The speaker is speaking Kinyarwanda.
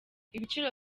ibiciro